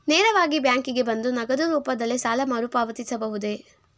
ನೇರವಾಗಿ ಬ್ಯಾಂಕಿಗೆ ಬಂದು ನಗದು ರೂಪದಲ್ಲೇ ಸಾಲ ಮರುಪಾವತಿಸಬಹುದೇ?